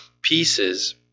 pieces